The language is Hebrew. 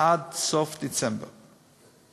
עד סוף דצמבר השנה.